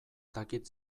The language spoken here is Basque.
dakit